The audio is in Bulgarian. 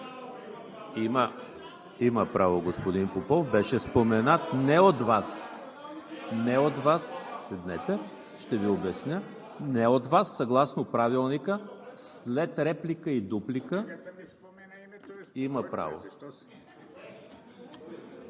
Има право, господин Попов. Беше споменат не от Вас – седнете, ще обясня, не от Вас. Съгласно Правилника, след реплика и дуплика има право.